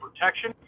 protection